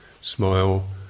smile